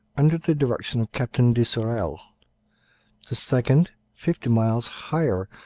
under the direction of captain de sorel the second fifty miles higher,